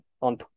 on